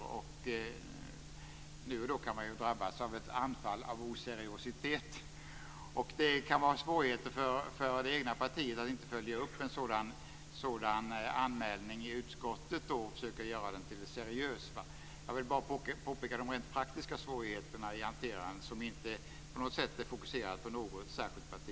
Nu och då kan någon drabbas av ett anfall av "oseriositet". Det kan vara en svårighet för det egna partiet att inte följa upp en sådan anmälan i utskottet och försöka göra den seriös. Jag vill påpeka de rent praktiska svårigheterna i hanterandet - som inte är fokuserat på något särskilt parti.